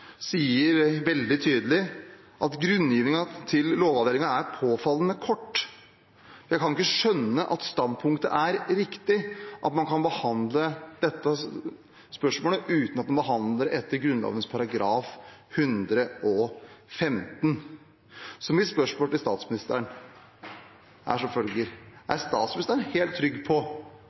sier veldig tydelig at grunngivingen til Lovavdelingen er påfallende kort. Jeg kan ikke skjønne at standpunktet er riktig, at man kan behandle dette spørsmålet uten å behandle det etter Grunnloven § 115. Mitt spørsmål til statsministeren er som følger: Er statsministeren helt trygg på